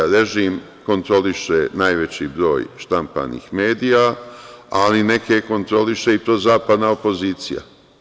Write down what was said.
Režim kontroliše najveći broj štampanih medija, ali neke kontroliše i prozapadna opozicija.